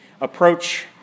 approach